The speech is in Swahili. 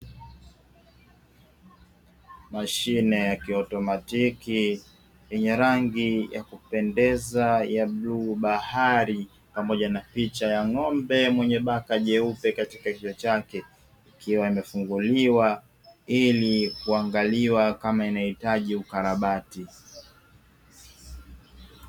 Mashine ya kiotomatiki yenye rangi ya kupendeza ya bluu bahari, pamoja na picha ya ng'ombe mwenye baka jeupe katika kichwa chake. Ikiwa imefunguliwa ili kuangalia kama inahitaji ukarabati.